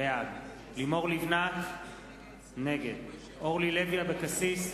בעד לימור לבנת נגד אורלי לוי אבקסיס,